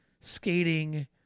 skating